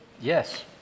yes